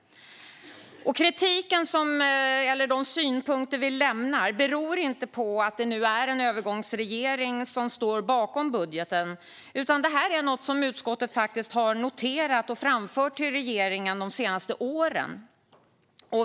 De synpunkter vi lämnar beror inte på att vi har en övergångsregering som står bakom budgeten, utan detta är något som utskottet har noterat och framfört till regeringen de senaste åren.